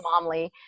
momly